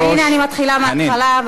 הנה אני מתחילה מהתחלה.